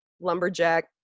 lumberjack